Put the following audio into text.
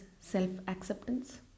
self-acceptance